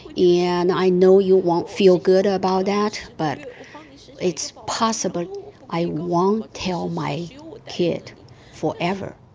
yeah and i know you won't feel good about that, but it's possible i won't tell my kid forever.